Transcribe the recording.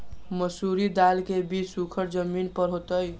मसूरी दाल के बीज सुखर जमीन पर होतई?